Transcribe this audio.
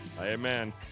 Amen